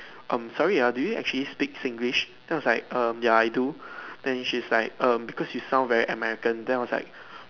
um sorry ah do you actually speak Singlish then I was like um ya I do then she is like um because you sound very American then I was like